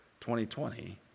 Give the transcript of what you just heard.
2020